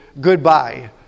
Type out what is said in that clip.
goodbye